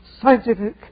scientific